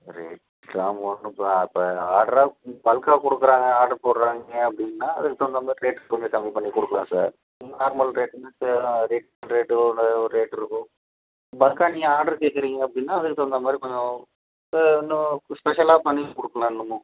சரி காம்போன்னு இப்போ இப்போ ஆர்டரா பல்க்கா கொடுக்கறாங்க ஆர்டர் போடுறாய்ங்க அப்படின்னா அதுக்குத் தகுந்த மாதிரி ரேட் கொஞ்ச கம்மி பண்ணிக் கொடுக்கலாம் சார் நார்மல் ரேட்னா சே அதே ரேட் ஒரு ஒரு ரேட் இருக்கும் பல்க்கா நீங்கள் ஆர்டர் கேட்கறீங்க அப்படின்னா அதுக்குத் தகுந்த மாதிரி கொஞ்சம் இன்னும் கு ஸ்பெஷலாக பண்ணிக் கொடுக்கலாம் இன்னுமும்